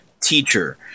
teacher